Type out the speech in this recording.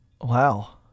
Wow